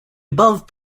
above